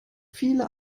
viele